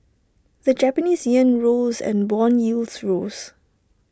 the Japanese Yen rose and Bond yields rose